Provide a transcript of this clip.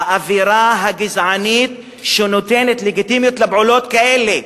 באווירה הגזענית שנותנת לגיטימיות לפעולות כאלה.